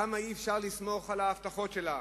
כמה אי-אפשר לסמוך על ההבטחות שלה,